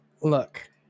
look